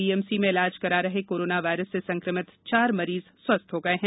BMC में इलाज करा रहे कोरोना वायरस से संक्रमित चार मरीज स्वस्थ हो गए हैं